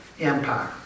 Empire